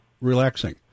relaxing